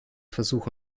versuch